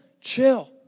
chill